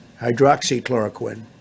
hydroxychloroquine